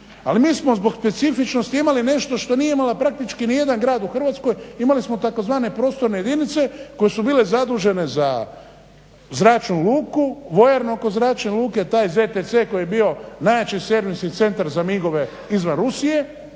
ali mi smo zbog specifičnosti imali nešto što nije imala praktički ni jedan grad u Hrvatskoj, imali smo tzv. prostorne jedinice koje su bile zadružne za zračnu luku, vojarnu oko zračne luke, taj ZTC koji je bio najveći servisni centar za migove izvan Rusije